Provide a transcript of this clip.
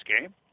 game